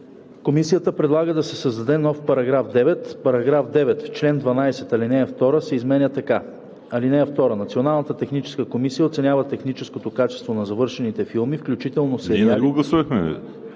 Комисията предлага да се създаде нов § 9: „§ 9. В чл. 12 ал. 2 се изменя така: „(2) Националната техническа комисия оценява техническото качество на завършените филми, включително сериали,